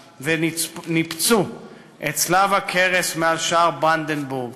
וניפצו את צלב הקרס מעל שער ברנדנבורג.